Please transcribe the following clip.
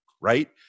right